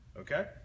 okay